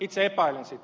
itse epäilen sitä